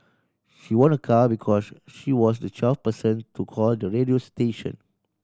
she won a car because she was the twelfth person to call the radio station